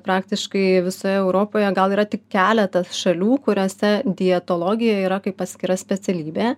praktiškai visoje europoje gal yra tik keletas šalių kuriose dietologija yra kaip atskira specialybė